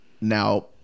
Now